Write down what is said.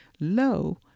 low